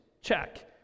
check